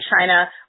China